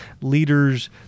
leaders